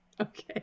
Okay